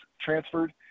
transferred